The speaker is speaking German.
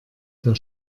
der